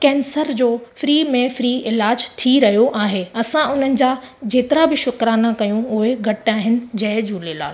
cancer जो free में free इलाज थी रहियो आहे असां उन्हनि जा जेतिरा बि शुकराना कयूं उहे घटि आहिनि जय झूलेलाल